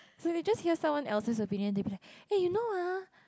so if you just hear someone else's opinion they be like eh you know ah